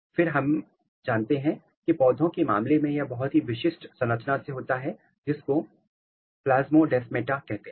और फिर हमें जानते हैं कि पौधों के मामले में यह बहुत ही विशिष्ट संरचना से होता है जिसको प्लास्मोडेस्माटा कहते हैं